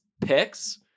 picks